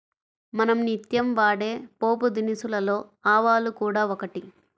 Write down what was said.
మనం నిత్యం వాడే పోపుదినుసులలో ఆవాలు కూడా ఒకటి